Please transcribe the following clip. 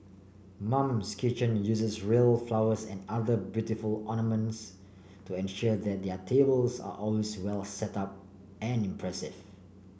mum's kitchen uses real flowers and other beautiful ornaments to ensure that their tables are always well setup and impressive